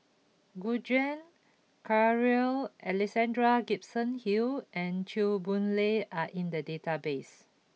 Gu Juan Carl Alexander Gibson Hill and Chew Boon Lay are in the database